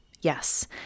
Yes